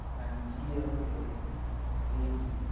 and g as say rainy.